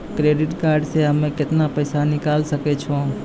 Credit card से हम्मे केतना पैसा निकाले सकै छौ?